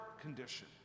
condition